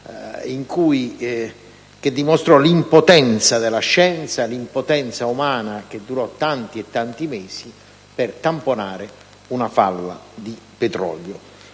che dimostrò l'impotenza della scienza, l'impotenza umana, che durò tanti e tanti mesi, per tamponare una falla di petrolio,